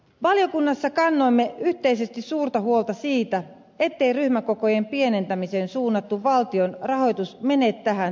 valiokunnassa kannoimme yhteisesti suurta huolta siitä ettei ryhmäkokojen pienentämiseen suunnattu valtion rahoitus mene tähän tarkoitukseen